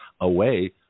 away